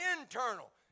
Internal